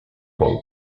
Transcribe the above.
folk